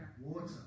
water